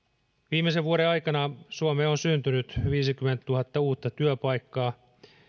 viimeisen vuoden aikana suomeen on syntynyt viisikymmentätuhatta uutta työpaikkaa